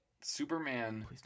Superman